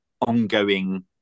ongoing